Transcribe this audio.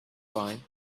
fine